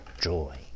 joy